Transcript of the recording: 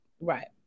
Right